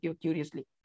curiously